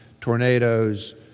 tornadoes